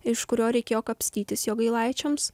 iš kurio reikėjo kapstytis jogailaičiams